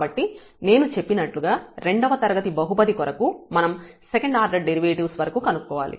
కాబట్టి నేను చెప్పినట్లుగా రెండవ తరగతి బహుపది కొరకు మనం సెకండ్ ఆర్డర్ డెరివేటివ్స్ వరకు కనుక్కోవాలి